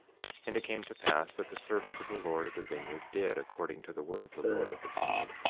and it came to pass that the servant of the lord of the vineyard did according to the word of the lord of the vineyard,